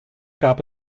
gab